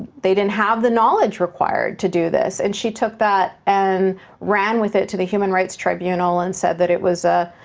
they didn't have the knowledge required to do this, and she took that and ran with it to the human rights tribunal and said that it was a